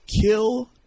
Kill